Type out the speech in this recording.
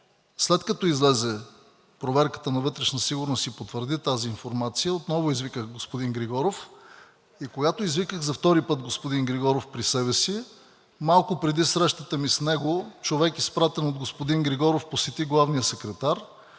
След като излезе проверката на „Вътрешна сигурност“ и потвърди тази информация, отново извиках господин Григоров. Когато извиках за втори път господин Григоров при себе си, малко преди срещата ми с него, човек, изпратен от господин Григоров, посети главния секретар